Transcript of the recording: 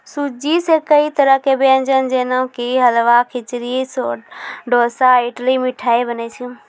सूजी सॅ कई तरह के व्यंजन जेना कि हलवा, खिचड़ी, डोसा, इडली, मिठाई बनै छै